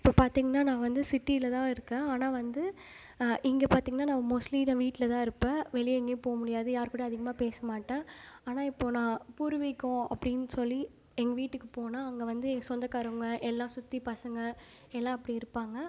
இப்போ பார்த்தீங்கன்னா நான் வந்து சிட்டியில் தான் இருக்கேன் ஆனால் வந்து இங்கே பார்த்தீங்கன்னா நான் மோஸ்ட்லி நான் வீட்டில் தான் இருப்பேன் வெளியே எங்கேயும் போக முடியாது யார்க்கூடையும் அதிகமாக பேச மாட்டேன் ஆனால் இப்போ நான் பூர்வீகம் அப்படின்னு சொல்லி எங்கள் வீட்டுக்குப் போனால் அங்கே வந்து எங்கள் சொந்தக்காரவங்க எல்லாம் சுற்றி பசங்க எல்லாம் அப்படி இருப்பாங்க